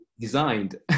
designed